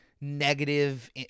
negative